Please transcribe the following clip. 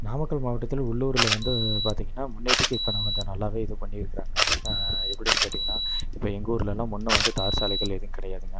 நாமக்கல் மாவட்டத்தில் உள்ளூரில் வந்து பார்த்திங்கன்னா முன்னேத்திக்கு இப்போ நம்ம நல்லாவே இது பண்ணியிருக்காங்க எப்படினு கேட்டிங்கனால் இப்போ எங்கள் ஊர்லெலாம் முன்னே வந்து தார் சாலைகள் ஏதும் கிடையாதுங்க